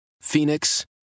Phoenix